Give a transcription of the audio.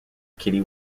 kitty